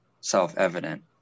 self-evident